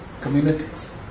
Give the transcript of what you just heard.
communities